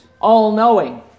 all-knowing